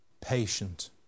patient